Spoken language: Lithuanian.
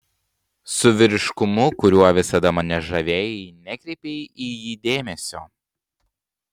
su vyriškumu kuriuo visada mane žavėjai nekreipei į jį dėmesio